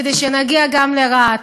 כדי שנגיע גם לרהט.